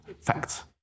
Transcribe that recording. facts